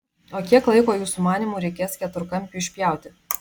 o kiek laiko jūsų manymu reikės keturkampiui išpjauti